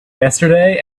yesterday